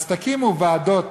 אז תקימו ועדות